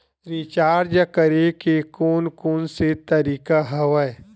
Recharge करे के कोन कोन से तरीका हवय?